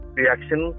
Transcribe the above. reaction